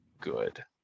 good